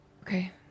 Okay